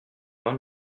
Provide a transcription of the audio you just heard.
vingt